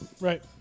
Right